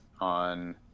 on